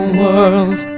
world